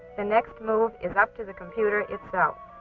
the next move is up to the computer itself.